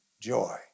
joy